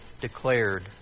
declared